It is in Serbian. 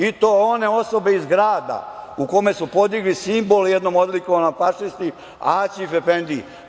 I to one osobe iz grada u kome su podigli simbol jednom odlikovanom fašisti Acif efendiji!